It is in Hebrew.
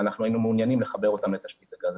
ואנחנו היינו מעוניינים לחבר אותם לתשתית הגז.